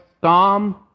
Psalm